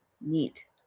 Neat